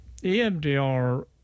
EMDR